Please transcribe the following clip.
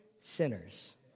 sinners